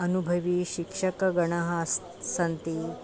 अनुभविशिक्षकगणः अस्ति सन्ति